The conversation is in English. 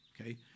Okay